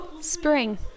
Spring